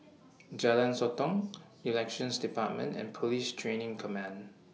Jalan Sotong Elections department and Police Training Command